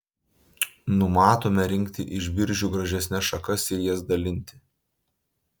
numatome rinkti iš biržių gražesnes šakas ir jas dalinti